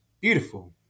beautiful